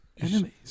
Enemies